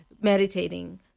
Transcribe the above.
meditating